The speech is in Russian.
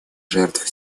жертв